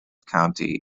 county